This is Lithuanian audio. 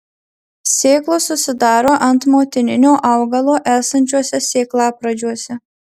sėklos susidaro ant motininio augalo esančiuose sėklapradžiuose